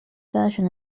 version